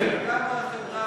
גם בחברה,